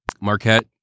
Marquette